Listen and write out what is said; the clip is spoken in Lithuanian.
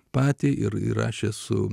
patį ir įrašė su